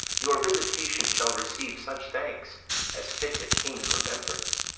your visitation shall receive such thanks as fits a king's remembrance.